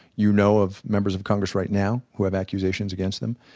you know of members of congress right now who have accusations against them.